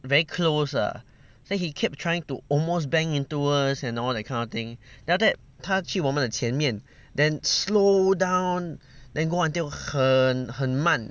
very close ah then he kept trying to almost bang into us and all that kind of thing then after that 他去我们的前面 then slow down then go until 很慢